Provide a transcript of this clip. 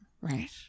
Right